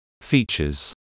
Features